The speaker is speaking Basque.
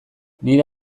nire